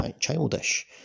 childish